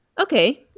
okay